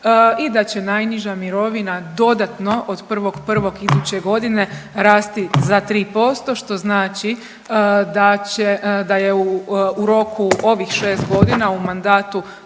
i da će najniža mirovina dodatno od 1.1. iduće godine rasti za 3% što znači da je u roku ovih šest godina u mandatu